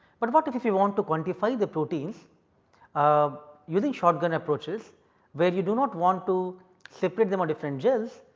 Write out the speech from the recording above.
but what if if you want to quantify the proteins um using shotgun approaches where you do not want to separate them on different gels.